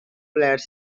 players